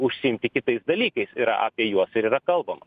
užsiimti kitais dalykais ir apie juos ir yra kalbama